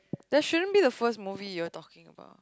that shouldn't be the first movie you are talking about